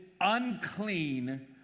unclean